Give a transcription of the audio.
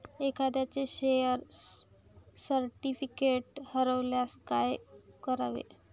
एखाद्याचे share certificate हरवल्यास काय करावे?